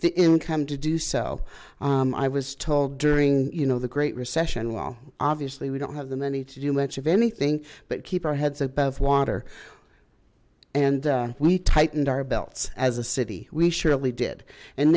the income to do so i was told during you know the great recession well obviously we don't have the money to do much of anything but keep our heads above water and we tightened our belts as a city we surely did and